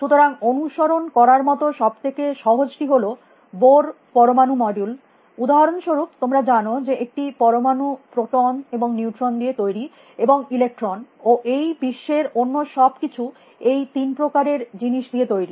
সুতরাং অনুসরণ করার মত সব থেকে সহজ টি হল বোর পরমাণু মডিউল উদাহরণস্বরূপ তোমরা জানো যে একটি পরমাণু প্রোটন এবং নিউট্রন দিয়ে তৈরী এবং ইলেক্ট্রন ও এই বিশ্বের অন্য সব কিছু এই তিন প্রকারের জিনিস দিয়ে তৈরী